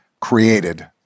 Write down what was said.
created